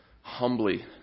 humbly